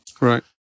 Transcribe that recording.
right